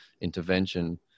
intervention